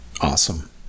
Awesome